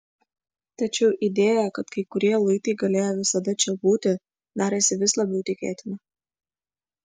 tačiau idėja kad kai kurie luitai galėjo visada čia būti darėsi vis labiau tikėtina